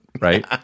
right